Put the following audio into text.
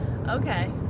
okay